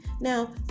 Now